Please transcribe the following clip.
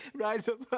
rise up